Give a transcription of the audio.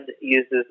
uses